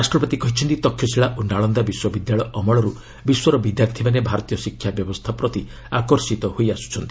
ରାଷ୍ଟ୍ରପତି କହିଛନ୍ତି ତକ୍ଷଶିଳା ଓ ନାଳନ୍ଦା ବିଶ୍ୱବିଦ୍ୟାଳୟ ଅମଳରୁ ବିଶ୍ୱର ବିଦ୍ୟାର୍ଥୀମାନେ ଭାରତୀୟ ଶିକ୍ଷା ବ୍ୟବସ୍ଥା ପ୍ରତି ଆକର୍ଷିତ ହୋଇ ଆସୁଛନ୍ତି